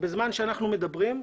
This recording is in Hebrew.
בזמן שאנחנו מדברים,